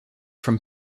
from